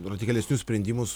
radikalesnius sprendimus